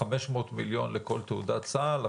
500 מיליון לכל תעודת סל,